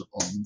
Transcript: on